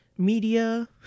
Media